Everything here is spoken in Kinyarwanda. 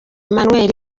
emmanuel